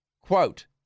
Quote